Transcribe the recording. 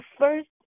first